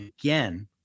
again